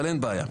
אבל אין בעיה.